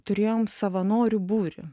turėjom savanorių būrį